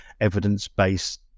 evidence-based